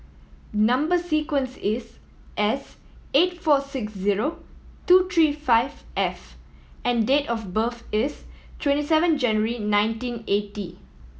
number sequence is S eight four six zero two three five F and date of birth is twenty seven January nineteen eighty